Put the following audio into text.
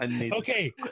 Okay